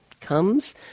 comes